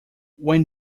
when